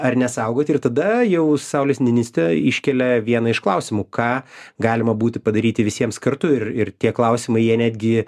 ar nesaugoti ir tada jau saulis niniste iškelia vieną iš klausimų ką galima būti padaryti visiems kartu ir ir tie klausimai jie netgi